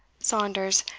saunders,